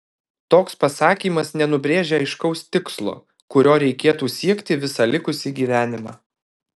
toks pasakymas nenubrėžia aiškaus tikslo kurio reikėtų siekti visą likusį gyvenimą